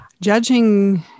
judging